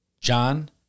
John